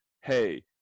Hey